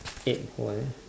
eight hold on uh